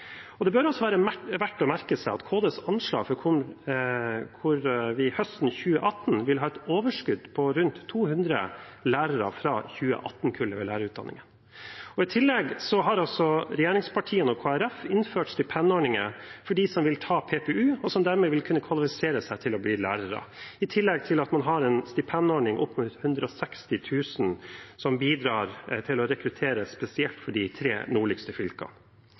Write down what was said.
Det bør også være verdt å merke seg Kunnskapsdepartementets anslag om at det høsten 2018 vil være et overskudd på rundt 200 lærere fra 2018-kullet ved lærerutdanningene. I tillegg har regjeringspartiene og Kristelig Folkeparti innført stipendordninger for dem som vil ta PPU, og som dermed vil kunne kvalifisere seg til å bli lærere, i tillegg til at man har en stipendordning på opp mot 160 000 kr, som bidrar til å rekruttere spesielt til de tre nordligste fylkene.